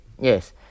Yes